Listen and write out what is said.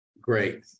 great